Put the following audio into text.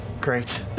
great